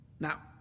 Now